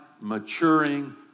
maturing